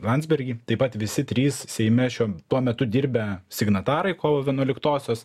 landsbergį taip pat visi trys seime šiuo tuo metu dirbę signatarai kovo vienuoliktosios